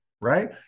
Right